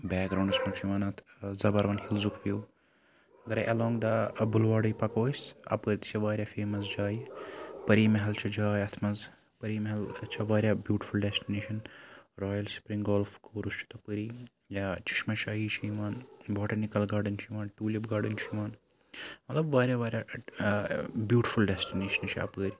back grounds مَنٛز چھُ یِوان اتھ زَبَروَن ہِلزُک وِو اگرے ایٚلانگ دَ بُلواڈٕے پَکو أسۍ اَپٲرۍ تہِ چھِ واریاہ فیمَس جایہِ پری محل چھِ جاے یَتھ مَنٛز پری محل چھ واریاہ beautiful destination royal spring golf course چھُ تَپٲری یا چشمہ شاہی چھُ یِوان بوٹنِکَل گاڈن چھُ یِوان ٹولِپ گاڈَن چھ یِوان مَطلَب واریاہ واریاہ بیوٗٹفُل ڈیٚسٹِنیشَنہٕ چھِ اَپٲرۍ